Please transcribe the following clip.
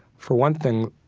for one thing,